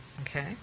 Okay